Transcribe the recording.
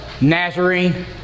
Nazarene